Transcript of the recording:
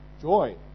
joy